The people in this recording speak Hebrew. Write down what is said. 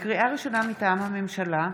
לקריאה ראשונה, מטעם הממשלה: